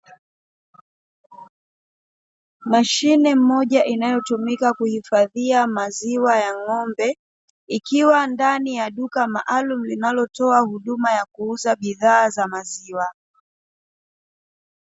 Mashine moja inayotumika kuhifadhia maziwa ya ng'ombe, ikiwa ndani ya duka maalumu linalotoa huduma ya kuuza bidhaa za maziwa.